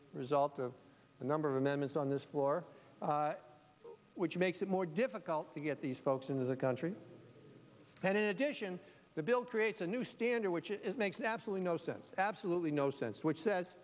a result of the number of amendments on this floor which makes it more difficult to get these folks in the country and in addition the bill creates a new standard which it is makes absolutely no sense absolutely no sense which says